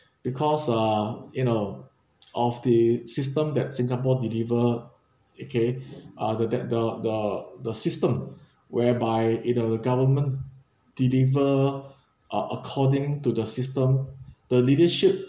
because ah you know of the system that singapore deliver okay uh the that the the the system whereby in our government deliver uh according to the system the leadership